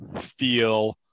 feel